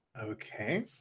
Okay